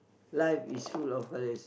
life is full of colours